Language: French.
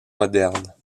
modernes